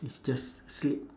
it's just sleep